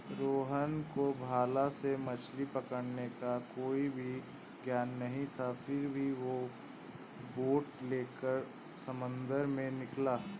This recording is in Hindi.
रोहन को भाला से मछली पकड़ने का कोई भी ज्ञान नहीं था फिर भी वो बोट लेकर समंदर में निकला